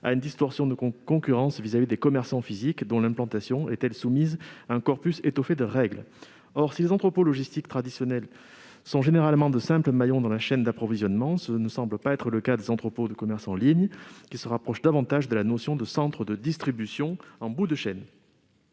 à une distorsion de concurrence vis-à-vis des commerçants physiques, dont l'implantation est soumise à un corpus étoffé de règles. Or si les entrepôts logistiques traditionnels sont généralement de simples maillons dans la chaîne d'approvisionnement, ce ne semble pas être le cas des entrepôts de commerce en ligne, qui se rapprochent davantage de la notion de centres de distribution en bout de chaîne.